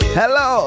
hello